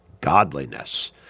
godliness